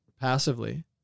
passively